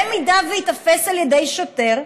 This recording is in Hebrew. אם ייתפס על ידי שוטר,